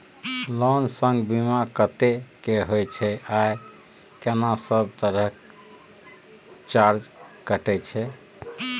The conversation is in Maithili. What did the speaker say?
लोन संग बीमा कत्ते के होय छै आ केना सब तरह के चार्ज कटै छै?